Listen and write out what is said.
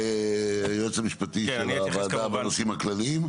היועץ המשפטי של הוועדה, בנושאים הכלליים.